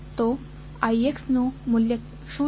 તો IX માટે મૂલ્ય શું છે